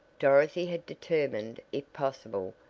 dorothy had determined if possible,